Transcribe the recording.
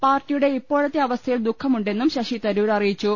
പാർട്ടിയുടെ ഇപ്പോഴത്തെ അവസ്ഥ യിൽ ദുഃഖമുണ്ടെന്നും ശശിതരൂർ അറിയിച്ചു